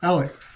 Alex